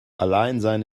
alleinsein